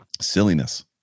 silliness